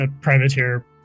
privateer